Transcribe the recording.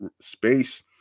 space